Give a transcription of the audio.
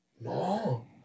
No